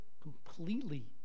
completely